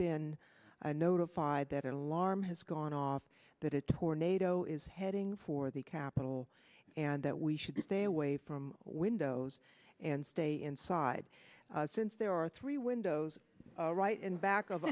been notified that alarm has gone off that a tornado is heading for the capital and that we should stay away from windows and stay inside since there are three windows right in back of